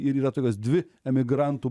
ir yra tokios dvi emigrantų